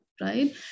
Right